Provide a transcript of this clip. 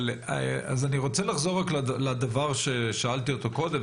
אני רוצה לחזור לדבר ששאלתי קודם,